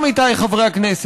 עמיתיי חברי הכנסת,